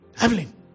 Evelyn